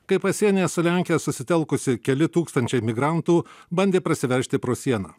kai pasienyje su lenkija susitelkusi keli tūkstančiai migrantų bandė prasiveržti pro sieną